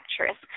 actress